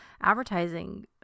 advertising